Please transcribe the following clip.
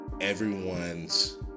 everyone's